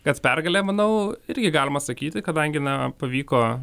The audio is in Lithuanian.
kad pergalė manau irgi galima sakyti kadangi na pavyko